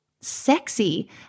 sexy